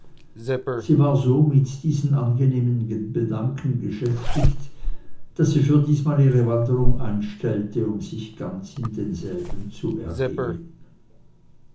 sie war so mit diesen angenehmen gedanken beschäftigt daß sie für diesmal ihre wanderung einstellte um sich ganz in denselben zu ergehen